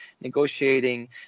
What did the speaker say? negotiating